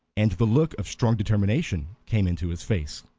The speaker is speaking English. and the look of strong determination came into his face.